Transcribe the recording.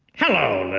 hello,